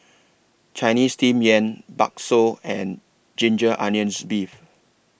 Chinese Steamed Yam Bakso and Ginger Onions Beef